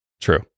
True